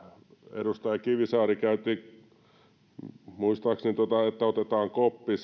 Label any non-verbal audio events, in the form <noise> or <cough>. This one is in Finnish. edustaja kivisaari käytti muistaakseni otetaan koppi <unintelligible>